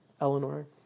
Eleanor